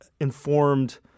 informed